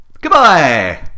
Goodbye